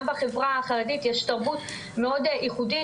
גם לחברה החרדית יש תרבות מאוד ייחודית,